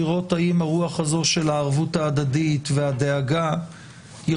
לראות האם הרוח הזאת של הערבות ההדדית והדאגה יכולה